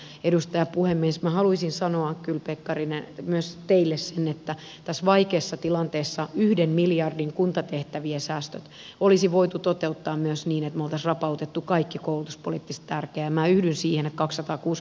sen takia edustaja ja puhemies minä haluaisin kyllä sanoa pekkarinen myös teille sen että tässä vaikeassa tilanteessa yhden miljardin kuntatehtävien säästöt olisi voitu toteuttaa myös niin että me olisimme rapauttaneet kaiken koulutuspoliittisesti tärkeän